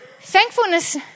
Thankfulness